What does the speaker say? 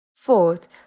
Fourth